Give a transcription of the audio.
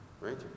right